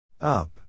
Up